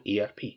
ERP